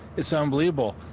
it's unbelievable.